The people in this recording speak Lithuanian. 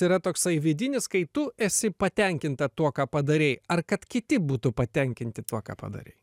yra toksai vidinis kai tu esi patenkinta tuo ką padarei ar kad kiti būtų patenkinti tuo ką padarei